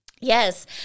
Yes